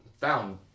found